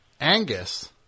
Angus